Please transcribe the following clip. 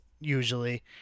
usually